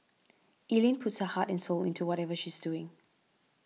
Ellen puts her heart and soul into whatever she's doing